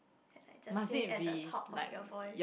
like just sing at the top of your voice